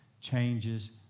changes